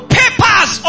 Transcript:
papers